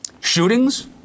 Shootings